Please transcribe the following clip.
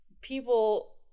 people